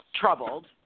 troubled